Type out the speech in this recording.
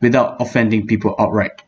without offending people outright